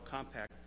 Compact